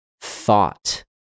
thought